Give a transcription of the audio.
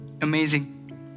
Amazing